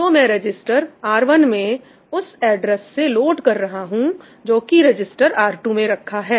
तो मैं register R1 में उस एड्रेस से लोड कर रहा हूं जो कि रजिस्टर R2 में रखा है